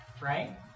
right